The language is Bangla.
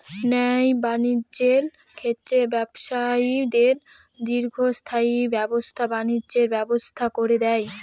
ন্যায় বাণিজ্যের ক্ষেত্রে ব্যবসায়ীদের দীর্ঘস্থায়ী ব্যবসা বাণিজ্যের ব্যবস্থা করে দেয়